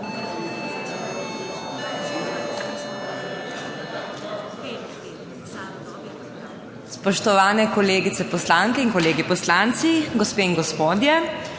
Spoštovane kolegice poslanke in kolegi poslanci, gospe in gospodje!